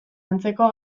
antzeko